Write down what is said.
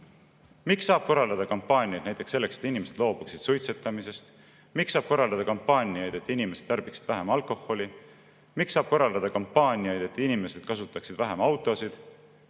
Miks saab korraldada kampaaniaid näiteks selleks, et inimesed loobuksid suitsetamisest? Miks saab korraldada kampaaniaid, et inimesed tarbiksid vähem alkoholi? Miks saab korraldada kampaaniaid, et inimesed kasutaksid vähem autosid?